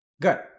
Good